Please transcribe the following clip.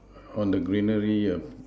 on the greenery